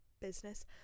business